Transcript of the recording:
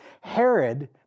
Herod